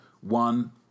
One